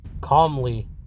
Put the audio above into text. Calmly